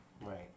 Right